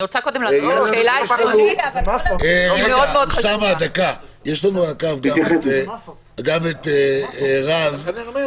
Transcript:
אני רוצה קודם --- יש לנו על הקו גם את רז נזרי.